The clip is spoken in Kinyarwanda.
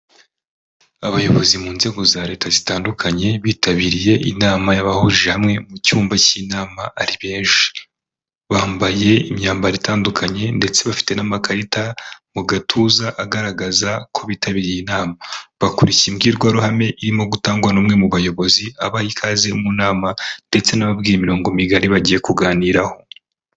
Abayobozi mu nzego za leta zitandukanye bitabiriye inama y'abahuje hamwe mu cyumba cy'inama abenshi bambaye imyambaro itandukanye ndetse bafite n'amakarita mu gatuza agaragaza ko bitabiriye inama bakurikiye imbwirwaruhame irimo gutangwa n'umwe mu bayobozi abaha ikaze mu nama ndetse anababwira imirongo migari bagiye kuganiraho.